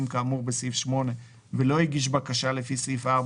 כאמור בסעיף 8 ולא הגיש בקשה חדשה לפי סעיף 4,